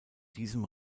diesem